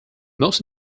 most